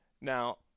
Now